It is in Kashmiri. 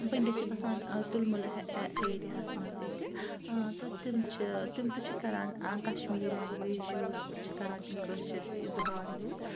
پٔنڈِت چھِ بَسان تُلمُل ایریا ہَس منٛز ییٚتہِ تہٕ تِم چھِ تِم تہِ چھِ کَران کشمیٖری لینٛگویج یوٗز چھِ کَران تِم کٲشِرۍ زبان یوٗز